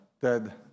Ted